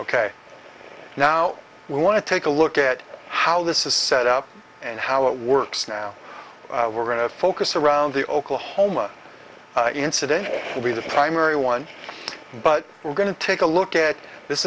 ok now we want to take a look at how this is set up and how it works now we're going to focus around the oklahoma incident will be the primary one but we're going to take a look at this